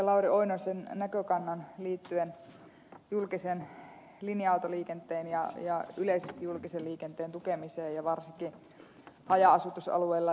lauri oinosen näkökannan liittyen julkisen linja autoliikenteen ja yleisesti julkisen liikenteen tukemiseen varsinkin haja asutusalueella